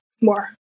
more